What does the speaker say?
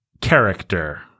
character